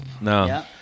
No